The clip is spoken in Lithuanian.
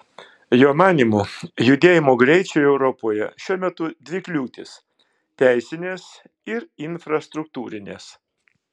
jo manymu judėjimo greičiui europoje šiuo metu dvi kliūtys teisinės ir infrastruktūrinės